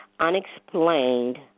Unexplained